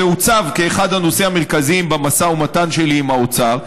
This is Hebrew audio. זה הוצב כאחד הנושאים המרכזיים במשא ומתן שלי עם האוצר,